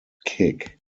kick